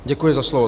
Děkuji za slovo.